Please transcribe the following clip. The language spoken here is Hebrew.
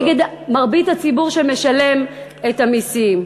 נגד מרבית הציבור, שמשלם את המסים.